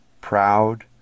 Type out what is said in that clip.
proud